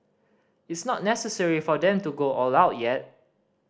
it's not necessary for them to go all out yet